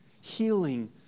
healing